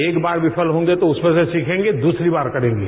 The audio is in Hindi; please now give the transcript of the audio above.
एक बार विफल होंगे तो उसमें से सीखेंगे दूसरी बार करेंगे